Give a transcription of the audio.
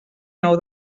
nou